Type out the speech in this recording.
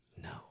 No